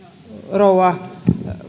rouva